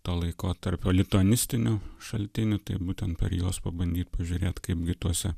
to laikotarpio lituanistinių šaltinių tai būtent per juos pabandyt pažiūrėt kaip gi tuose